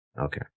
Okay